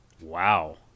Wow